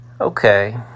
Okay